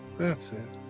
that's it.